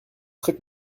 très